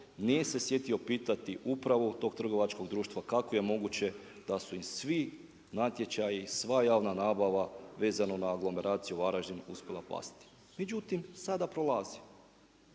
nije se sjetio pitati upravu tog trgovačkog društva, kako je moguće da su im svi natječaji, sva javna nabava vezano na …/Govornik se ne razumije./… Varaždin, uspjela pasti. Međutim, sada prolazi.